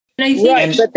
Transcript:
Right